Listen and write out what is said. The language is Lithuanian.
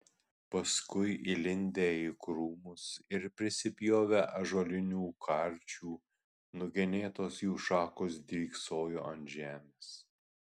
paskui įlindę į krūmus ir prisipjovę ąžuolinių karčių nugenėtos jų šakos dryksojo ant žemės